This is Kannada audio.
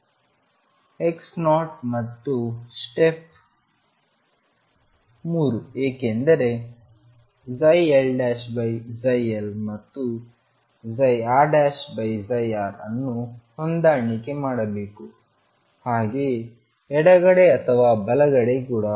ಕು x0 ಮತ್ತು ಸ್ಟೆಪ್ 3 ಏನೆಂದರೆ ψLψLಮತ್ತು ψRψR ಅನ್ನು ಹೊಂದಾಣಿಕೆ ಮಾಡಬೇಕು ಹಾಗೆಯೇ ಎಡಗಡೆ ಅಥವಾ ಬಲಗಡೆಯನ್ನು ಕೂಡ